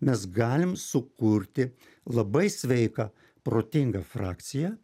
mes galim sukurti labai sveiką protingą frakciją